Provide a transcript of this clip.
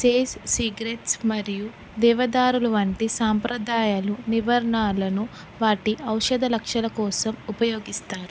space secrets మరియు దేవదారులు వంటి సాంప్రదాయాలు నివారణాలను వాటి ఔషధ లక్షణాల కోసం ఉపయోగిస్తారు